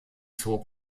zog